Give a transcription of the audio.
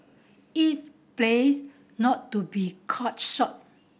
it's plays not to be caught short